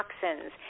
toxins